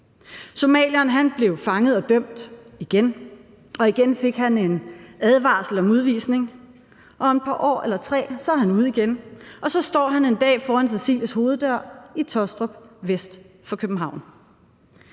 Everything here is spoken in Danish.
Somalieren blev fanget og dømt igen, og igen fik han en advarsel om udvisning, og om et par år eller tre er han ude igen, og så står han en dag foran Cecilies hoveddør i Taastrup vest for København.